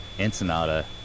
Ensenada